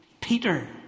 Peter